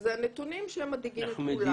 וזה הנתונים שהם מדאיגים את כולם.